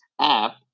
app